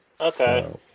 Okay